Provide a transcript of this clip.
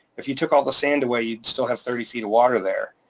if you took all the sand away, you still have thirty feet of water there.